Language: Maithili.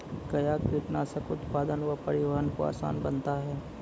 कया कीटनासक उत्पादन व परिवहन को आसान बनता हैं?